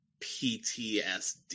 PTSD